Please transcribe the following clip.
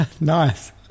Nice